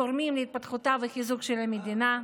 שתורמים להתפתחות ולחיזוק של המדינה.